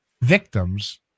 victims—